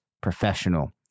professional